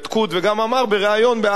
וגם אמר בריאיון ב"הארץ"